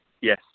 Yes